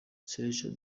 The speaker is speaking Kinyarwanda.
sergent